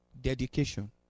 Dedication